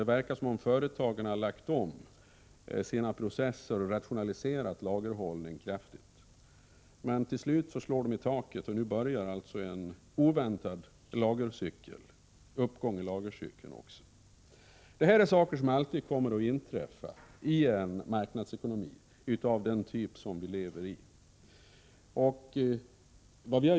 Det verkar som om företagen har lagt om sina processer och rationaliserat lagerhållningen kraftigt. Men till slut slår de i taket, och nu börjar en oväntad uppgång i lagercykeln. Det här är saker som alltid kommer att inträffa i en marknadsekonomi av den typ som vi lever i.